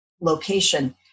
location